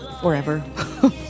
forever